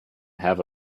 have